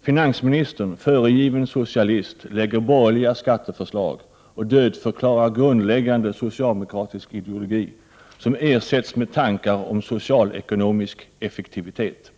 Finansministern — föregiven socialist — lägger borgerliga skatteförslag och dödförklarar grundläggande socialdemokratisk ideologi som ersätts med tankar om socialekonomisk effektivitet.